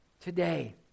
Today